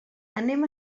anem